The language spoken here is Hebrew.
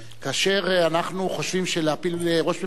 כאשר אנחנו חושבים שלהפיל ראש ממשלה,